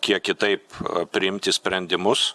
kiek kitaip priimti sprendimus